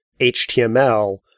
HTML